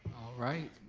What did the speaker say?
right,